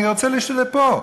אני רוצה לפה.